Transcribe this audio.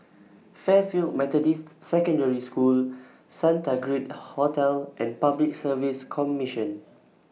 Fairfield Methodist Secondary School Santa Grand Hotel and Public Service Commission